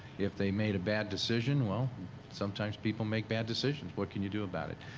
if they made a bad decision, well sometimes people make bad decisions. what can you do about it?